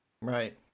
Right